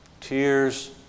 Tears